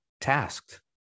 tasked